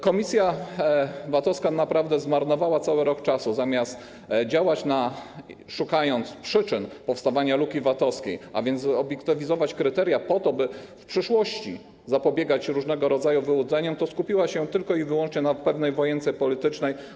Komisja VAT-owska naprawdę zmarnowała cały rok, zamiast działać, szukając przyczyn powstawania luki VAT-owskiej, a więc obiektywizować kryteria po to, by w przyszłości zapobiegać różnego rodzaju wyłudzeniom, to skupiła się tylko i wyłącznie na pewnej wojence politycznej.